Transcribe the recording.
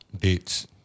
Dates